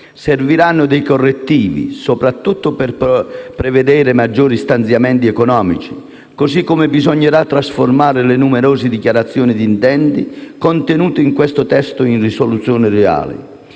Serviranno dei correttivi, soprattutto per prevedere maggiori stanziamenti economici, così come bisognerà trasformare le numerose dichiarazioni d'intenti contenute in questo testo in soluzioni reali,